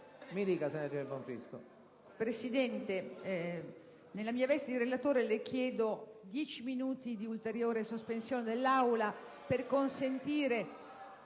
Presidente, nella mia veste di relatrice le chiedo dieci minuti di ulteriore sospensione della seduta